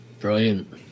Brilliant